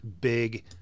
big